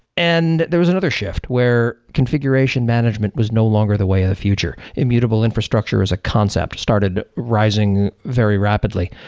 and there was another shift, where configuration management was no longer the way of the future. immutable infrastructure as a concept started rising very rapidly.